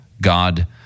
God